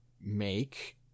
make